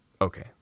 okay